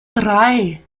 drei